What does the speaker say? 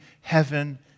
heaven